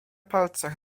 palcach